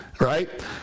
right